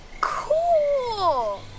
cool